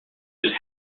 him